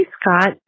Scott